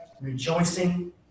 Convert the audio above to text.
rejoicing